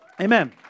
Amen